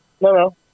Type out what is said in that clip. no